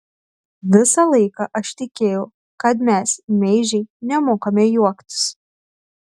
visą laiką aš tikėjau kad mes meižiai nemokame juoktis